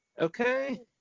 Okay